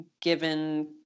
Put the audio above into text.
given